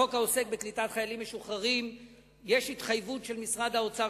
בחוק העוסק בקליטת חיילים משוחררים יש התחייבות של משרד האוצר,